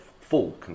full